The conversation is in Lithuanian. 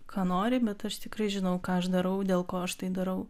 ką nori bet aš tikrai žinau ką aš darau dėl ko aš tai darau